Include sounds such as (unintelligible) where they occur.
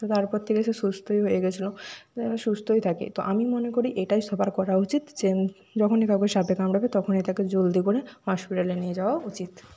তো তারপর থেকে সে সুস্থই হয়ে গেছিলো (unintelligible) সুস্থই থাকে তো আমি মনে করি এটাই সবার করা উচিত যে যখনই কাউকে সাপে কামড়াবে তখনই তাকে জলদি করে হসপিটালে নিয়ে যাওয়া উচিত